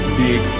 big